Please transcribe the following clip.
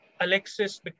Alexis